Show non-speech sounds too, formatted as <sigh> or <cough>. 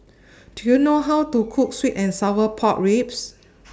Do YOU know How to Cook Sweet and Sour Pork Ribs <noise>